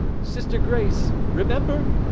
sister grace! remember